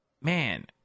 man